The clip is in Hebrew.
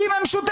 היא עם המשותפת,